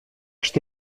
что